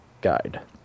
guide